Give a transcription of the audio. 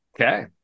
Okay